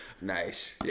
Nice